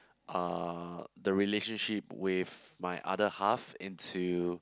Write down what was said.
uh the relationship with my other half into